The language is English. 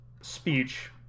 speech